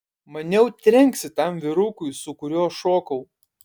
maniau trenksi tam vyrukui su kuriuo šokau